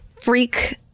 freak